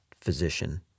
physician